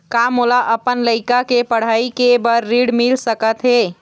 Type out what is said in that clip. का मोला अपन लइका के पढ़ई के बर ऋण मिल सकत हे?